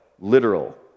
literal